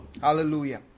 Hallelujah